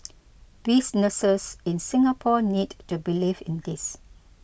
businesses in Singapore need to believe in this